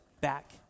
back